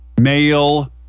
male